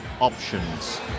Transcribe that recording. options